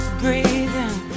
breathing